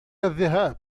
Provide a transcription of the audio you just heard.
الذهاب